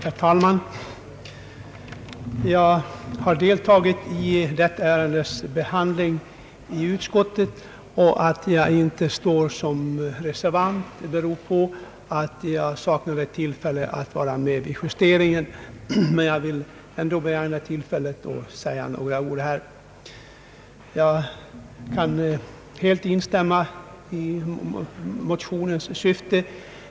Herr talman! Jag har deltagit i detta ärendes behandling i utskottet. Att jag inte står som reservant beror på att jag saknade tillfälle att vara med vid justeringen. Jag vill därför begagna tillfället att säga några ord i frågan. Jag kan helt instämma i motionens syfte.